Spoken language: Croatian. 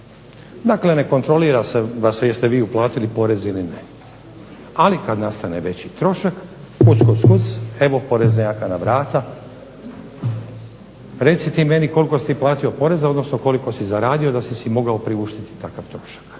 Dakle, ne kontrolira vas se jeste li vi uplatili porez ili ne, ali kada nastane veliki trošak, kuc, kuc, kuc, evo poreza jaka na vrata. Reci ti meni koliko si ti platio poreza odnosno koliko si zaradio da si si mogao priuštiti takav trošak.